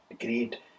great